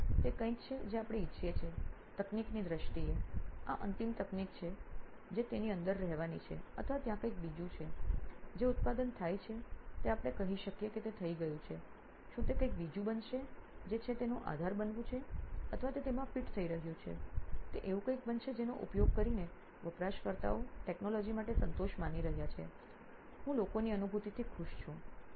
તેથી તે કંઈક છે જે આપણે ઇચ્છીએ છીએ તકનીકીની દ્રષ્ટિએ આ અંતિમ તકનીક છે જે તેની અંદર રહેવાની છે અથવા ત્યાં કંઈક બીજું છે જે ઉત્પાદન થાય છે તે આપણે કહી શકીએ કે તે થઈ ગયું છે શું તે કંઈક બીજું બનશે જે છે તેનું આધાર બનવું છે અથવા તે તેમાં ફિટ થઈ રહ્યું છે તે એવું કંઈક બનશે જેનો ઉપયોગ કરીને વપરાશકર્તાઓ ટેકનોલોજી માટે સંતોષ માની રહ્યા છે હું લોકોની અનુભૂતિથી ખુશ છું